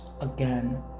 Again